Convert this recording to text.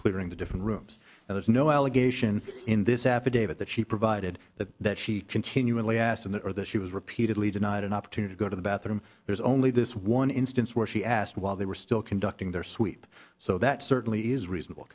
clearing the different rooms and there's no allegation in this affidavit that she provided that she continually asked him that or that she was repeatedly denied an opportunity to go to the bathroom there's only this one instance where she asked while they were still conducting their sweep so that certainly is reasonable